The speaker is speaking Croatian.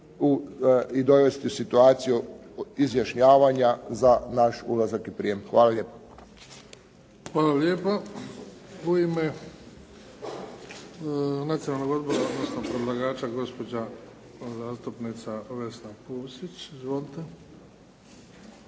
i dovesti u situaciju izjašnjavanja za naš ulazak i prijem. Hvala lijepo. **Bebić, Luka (HDZ)** Hvala lijepa. U ime Nacionalnog odbora, odnosno predlagača gospođa zastupnica Vesna Pusić. Izvolite.